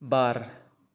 बार